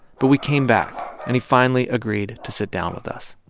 but we came back, and he finally agreed to sit down with us